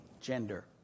gender